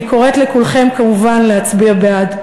אני קוראת לכולכם, כמובן, להצביע בעד.